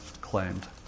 claimed